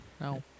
No